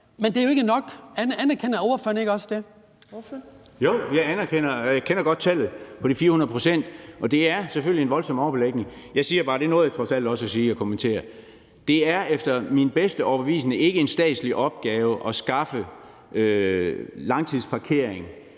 Ordføreren. Kl. 15:57 Henning Hyllested (EL): Jo, og jeg kender godt tallet på de 400 pct., og det er selvfølgelig en voldsom overbelægning. Jeg siger bare – og det nåede jeg trods alt også at sige og kommentere – at det efter min bedste overbevisning ikke er en statslig opgave at skaffe langtidsparkering